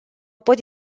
pot